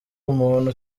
umuntu